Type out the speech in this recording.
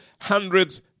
Hundreds